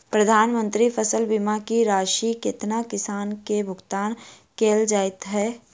प्रधानमंत्री फसल बीमा की राशि केतना किसान केँ भुगतान केल जाइत है?